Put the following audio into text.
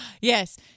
Yes